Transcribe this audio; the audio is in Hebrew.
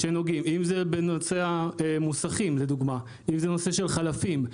אם זה בנושא המוסכים, אם זה בנושא של חלפים.